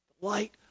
light